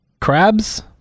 Crabs